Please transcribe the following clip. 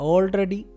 Already